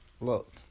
Look